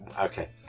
Okay